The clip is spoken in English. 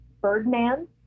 Birdman